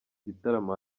gitaramo